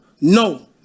No